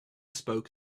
spoke